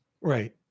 right